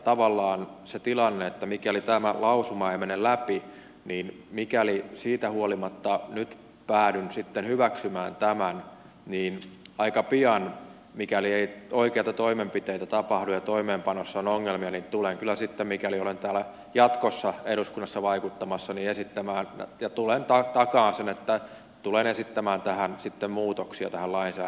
tavallaan jos on se tilanne että tämä lausuma ei mene läpi niin mikäli siitä huolimatta nyt päädyn sitten hyväksymään tämän niin aika pian mikäli ei oikeita toimenpiteitä tapahdu ja toimeenpanossa on ongelmia niin mikäli olen täällä jatkossa eduskunnassa vaikuttamassa takaan sen että tulen sitten esittämään muutoksia tähän lainsäädäntöön itse